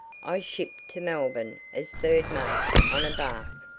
i shipped to melbourne as third mate on a barque,